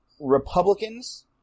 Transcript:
Republicans